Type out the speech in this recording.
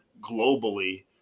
globally